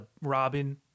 robin